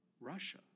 Russia